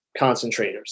concentrators